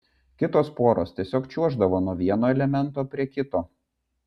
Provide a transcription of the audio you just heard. kitos poros tiesiog čiuoždavo nuo vieno elemento prie kito